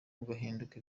ugahinduka